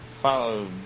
follow